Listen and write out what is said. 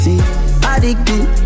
Addicted